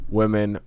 women